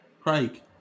Craig